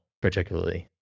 particularly